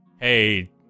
hey